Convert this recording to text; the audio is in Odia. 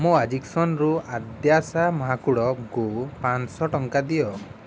ମୋ ଅକ୍ସିଜେନ୍ରୁ ଆଦ୍ୟାଶା ମହାକୁଡ଼ଙ୍କୁ ପାଞ୍ଚଶହ ଟଙ୍କା ଦିଅ